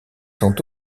sont